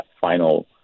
final